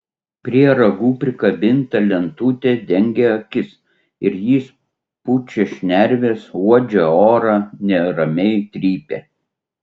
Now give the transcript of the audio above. prie ragų prikabinta lentutė dengia akis ir jis pučia šnerves uodžia orą neramiai trypia